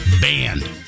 banned